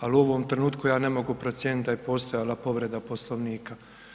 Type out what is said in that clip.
Ali u ovom trenutku ja ne mogu procijeniti da je postojala povreda Poslovnika.